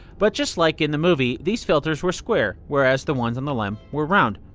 but just like in the movie, these filters were square whereas the ones on the lem were round.